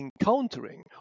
encountering